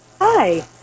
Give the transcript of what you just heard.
hi